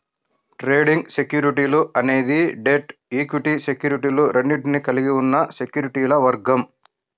trading సెక్యూరిటీలు అనేది debt, equity సెక్యూరిటీలు రెండింటినీ కలిగి ఉన్న సెక్యూరిటీల వర్గం